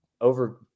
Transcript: over